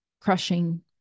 crushing